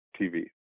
TV